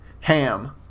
ham